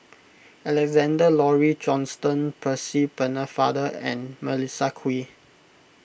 Alexander Laurie Johnston Percy Pennefather and Melissa Kwee